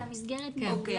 אלא מסגרת נעולה.